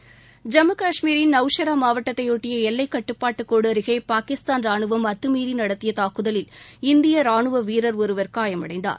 ஐம்மு கஷ்மீர் நவ்ஷெரா மாவட்டத்தைபொட்டிய எல்லை கட்டுப்பாடு கோடு அருகே பாகிஸ்தான் ராணுவம் அத்தமீறி நடத்திய தாக்குதலில் இந்திய ராணுவ வீரர் ஒருவர் காயமடைந்தார்